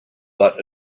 but